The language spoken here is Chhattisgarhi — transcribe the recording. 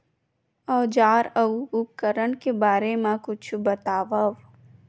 औजार अउ उपकरण के बारे मा कुछु बतावव?